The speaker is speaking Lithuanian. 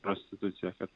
prostitucija kad